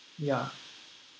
ya